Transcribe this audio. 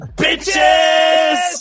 bitches